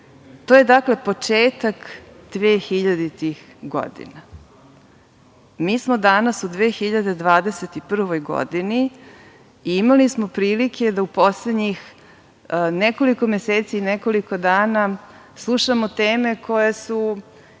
To je dakle početak dvehiljaditih godina. Mi smo danas u 2021. godini. Imali smo prilike da u poslednjih nekoliko meseci, nekoliko dana slušamo teme koje su,